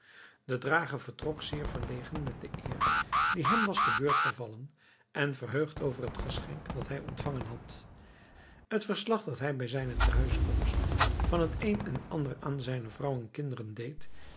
de drager vertrok zeer verlegen met de eer die hem was te beurt gevallen en verheugd over het geschenk dat hij ontvangen had het verslag dat hij bij zijne tehuiskomst van het een en ander aan zijne vrouw en kinderen deed